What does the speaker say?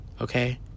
okay